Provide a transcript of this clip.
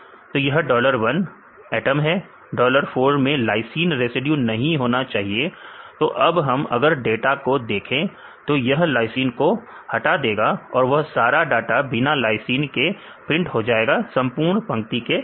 तो यहां dollar 1 atom है डॉलर 4 में लाइसीन रेसिड्यू नहीं होना चाहिए तो अब आप अगर डाटा को देखें तो यह लाइसीन को हटा देगा और वह सारा डाटा बिना लाइसीन के प्रिंट हो जाएगा संपूर्ण पंक्ति के साथ